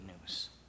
news